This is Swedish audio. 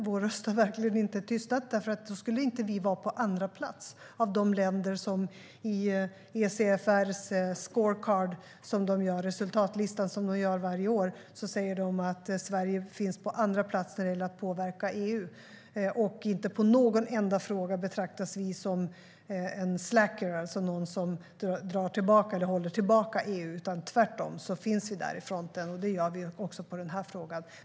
Vår röst har verkligen inte tystnat, för då skulle vi inte vara på andra plats bland länderna på ECFR:s Scorecard - resultatlistan som de gör varje år - när det gäller att påverka EU. Inte i någon enda fråga betraktas vi som en slacker, någon som håller tillbaka EU, utan tvärtom finns vi i fronten, och det gör vi också i den här frågan.